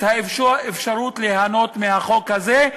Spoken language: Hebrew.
אפשרות ליהנות מהחוק הזה,